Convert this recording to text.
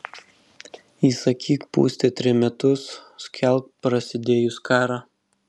įsakyk pūsti trimitus skelbk prasidėjus karą